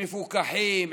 מפוקחים,